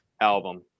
album